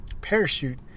parachute